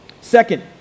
Second